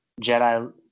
jedi